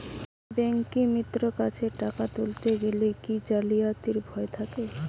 ব্যাঙ্কিমিত্র কাছে টাকা তুলতে গেলে কি জালিয়াতির ভয় থাকে?